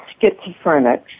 schizophrenics